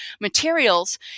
materials